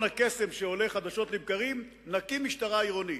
הקסם שעולה חדשות לבקרים: נקים משטרה עירונית,